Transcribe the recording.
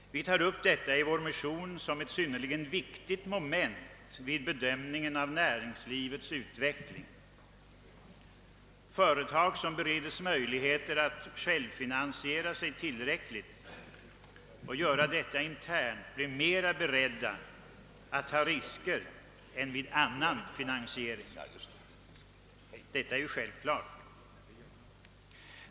Vi tar upp detta i vår motion som ett synnerligen viktigt moment vid bedömningen av näringslivets utveckling. Företag som beredes möjligheter att självfinansiera sig tillräckligt och göra detta internt blir mera beredda att ta risker än vid annan finansiering; detta är ju självklart.